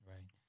Right